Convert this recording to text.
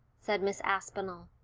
said miss aspinall.